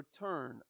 return